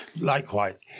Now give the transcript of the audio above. likewise